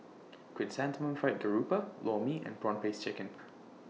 Chrysanthemum Fried Garoupa Lor Mee and Prawn Paste Chicken